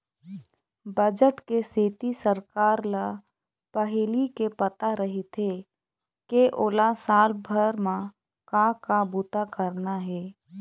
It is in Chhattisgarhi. बजट के सेती सरकार ल पहिली ले पता रहिथे के ओला साल भर म का का बूता करना हे